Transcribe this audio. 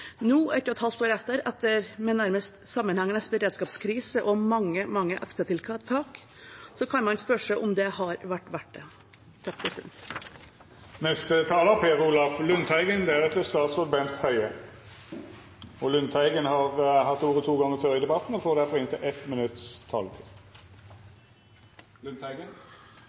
Nå, ett og et halvt år etter – etter en nærmest sammenhengende beredskapskrise og mange, mange ekstratiltak – kan man spørre seg om det har vært verdt det. Representanten Per Olaf Lundteigen har hatt ordet to gonger tidlegare og får ordet til ein kort merknad, avgrensa til 1 minutt. Det var en heftig debatt om anbudet i